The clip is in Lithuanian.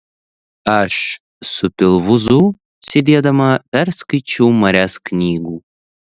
aš su pilvūzu sėdėdama perskaičiau marias knygų